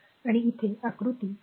आणि इथे आकृती 2